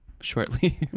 shortly